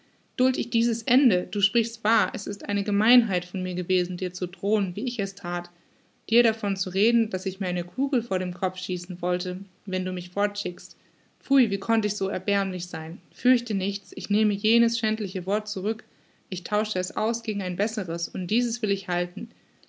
duld ich dieses ende du sprichst wahr es ist eine gemeinheit von mir gewesen dir zu drohen wie ich es that dir davon zu reden daß ich mir eine kugel vor den kopf schießen wollte wenn du mich fortschickst pfui wie konnt ich so erbärmlich sein fürchte nichts ich nehme jenes schändliche wort zurück ich tausche es aus gegen ein besseres und dieses will ich halten